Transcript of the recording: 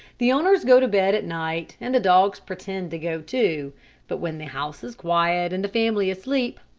the owners go to bed at night, and the dogs pretend to go, too but when the house is quiet and the family asleep,